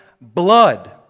blood